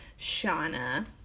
Shauna